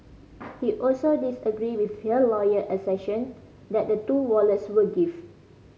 he also disagreed with her lawyer assertion that the two wallets were gift